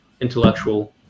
intellectual